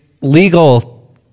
legal